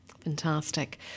Fantastic